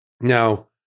Now